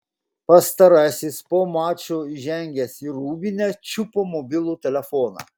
pastarasis po mačo įžengęs į rūbinę čiupo mobilų telefoną